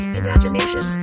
imagination